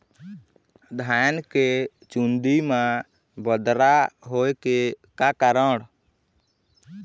धान के चुन्दी मा बदरा होय के का कारण?